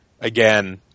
again